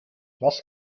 was